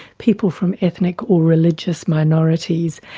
people from ethnic or religious minorities.